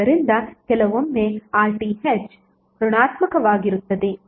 ಆದ್ದರಿಂದ ಕೆಲವೊಮ್ಮೆ RTh ಋಣಾತ್ಮಕವಾಗಿರುತ್ತದೆ